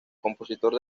compositor